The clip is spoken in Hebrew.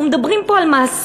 אנחנו מדברים פה על מאסר,